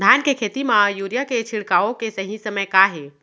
धान के खेती मा यूरिया के छिड़काओ के सही समय का हे?